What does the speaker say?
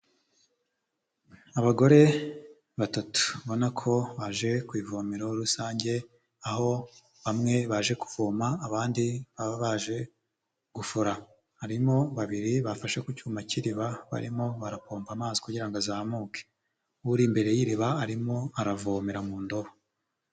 Abagore batatu. Ubona ko baje ku ivomero rusange, aho bamwe baje kuvoma, abandi baba baje gufura. Harimo babiri bafashe ku cyuma cy'iriba barimo barapomba amazi kugira ngo azamuke. Uri imbere y'iriba arimo aravomera mu ndobo.